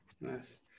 nice